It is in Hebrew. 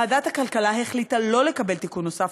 ועדת הכלכלה החליטה שלא לקבל תיקון נוסף